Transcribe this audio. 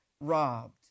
robbed